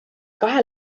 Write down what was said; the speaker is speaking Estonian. kahe